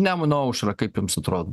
nemuno aušrą kaip jums atrodo